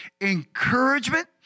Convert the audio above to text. encouragement